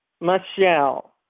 Michelle